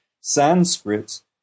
Sanskrit